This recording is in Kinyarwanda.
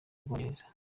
bwongereza